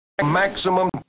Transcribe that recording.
Maximum